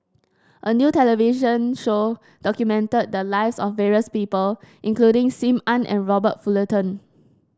a new television show documented the lives of various people including Sim Ann and Robert Fullerton